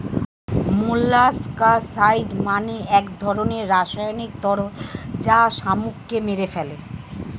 molluscicide মানে এক ধরনের রাসায়নিক তরল যা শামুককে মেরে ফেলে